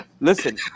Listen